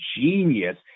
genius